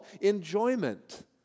enjoyment